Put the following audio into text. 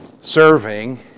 serving